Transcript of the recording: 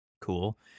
Cool